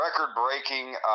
Record-breaking